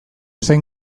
zen